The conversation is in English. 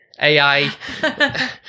AI